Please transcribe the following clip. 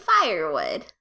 firewood